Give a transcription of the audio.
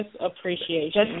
appreciation